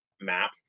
map